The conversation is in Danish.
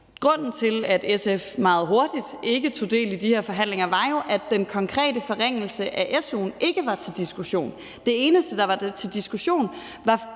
Grunden til, at SF meget hurtigt ikke tog del i de her forhandlinger, var jo, at den konkrete forringelse af su'en ikke var til diskussion. Det eneste, der var til diskussion, var,